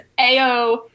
Ao